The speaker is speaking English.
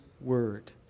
word